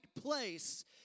place